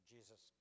Jesus